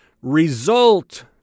result